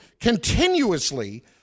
continuously